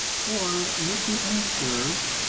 or would you answer,